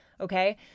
okay